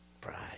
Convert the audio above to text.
pride